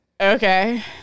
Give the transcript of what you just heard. Okay